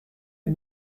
tüm